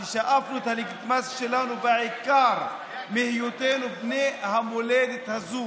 ששאבנו את הלגיטימציה שלנו בעיקר מהיותנו בני המולדת הזו.